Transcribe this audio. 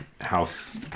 House